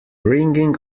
ringing